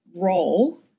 role